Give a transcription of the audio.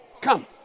Come